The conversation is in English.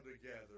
together